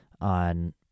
on